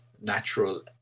natural